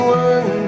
one